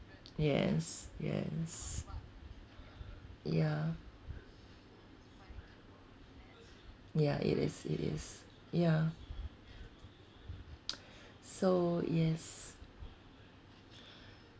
yes yes ya ya it is it is ya so yes